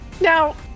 Now